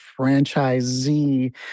franchisee